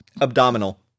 Abdominal